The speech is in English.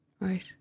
right